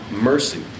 mercy